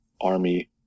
army